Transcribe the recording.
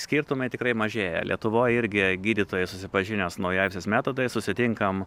skirtumai tikrai mažėja lietuvoj irgi gydytojas susipažinęs su naujausiais metodais susitinkam